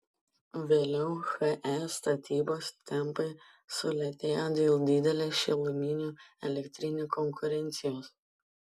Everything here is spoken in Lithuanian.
vėliau he statybos tempai sulėtėjo dėl didelės šiluminių elektrinių konkurencijos